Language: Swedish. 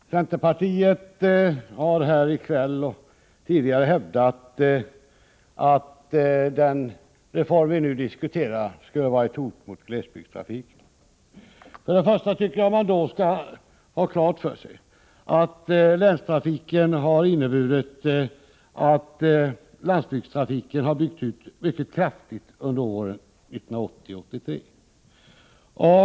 Herr talman! Centerpartiet har här i kväll och tidigare hävdat att länstrafikreformen, som vi nu diskuterar, skulle vara ett hot mot glesbygdstrafiken. För det första skall man ha klart för sig att länstrafiken har inneburit att landsbygdstrafiken har byggts ut mycket kraftigt under åren 1980-1983.